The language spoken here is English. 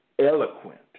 eloquent